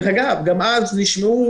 דרך אגב, גם אז נשמעו